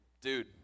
dude